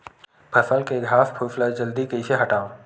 फसल के घासफुस ल जल्दी कइसे हटाव?